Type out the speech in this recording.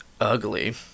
ugly